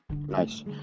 Nice